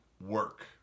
Work